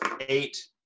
eight